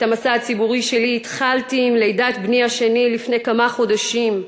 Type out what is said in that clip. את המסע הציבורי שלי התחלתי עם לידת בני השני לפני כמה חודשים,